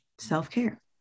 self-care